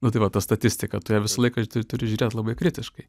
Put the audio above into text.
nu tai va ta statistika tu ją visą laiką tu turi žiūrėt labai kritiškai